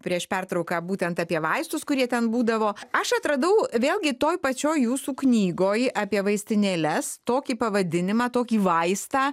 prieš pertrauką būtent apie vaistus kurie ten būdavo aš atradau vėlgi toj pačioj jūsų knygoj apie vaistinėles tokį pavadinimą tokį vaistą